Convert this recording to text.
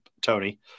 Tony